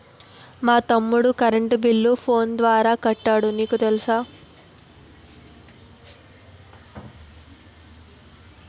మా తమ్ముడు కరెంటు బిల్లును ఫోను ద్వారా కట్టాడు నీకు తెలుసా